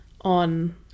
on